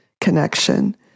connection